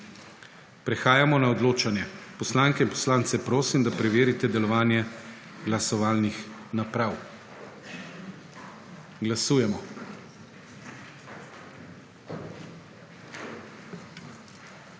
Prehajamo na odločanje. Poslanke in poslance prosim, da preverite delovanje glasovalnih naprav. Glasujemo.